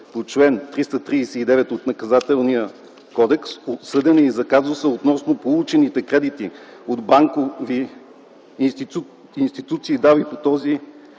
– чл. 339 от Наказателния кодекс. Обсъден е и казусът относно получените кредити от банкови институции – дали този